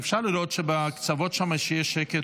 אפשר לראות שבקצוות שם יהיה שקט?